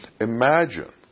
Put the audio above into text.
Imagine